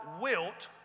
wilt